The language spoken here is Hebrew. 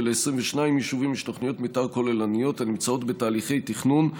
ול-22 יישובים יש תוכניות מתאר כוללניות הנמצאות בתהליכי תכנון,